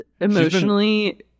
emotionally